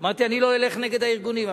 אמרתי: אני לא אלך נגד הארגונים.